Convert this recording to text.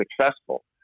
successful